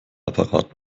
apparat